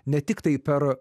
ne tiktai per